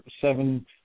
seven